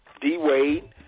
D-Wade